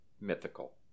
mythical